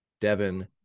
Devin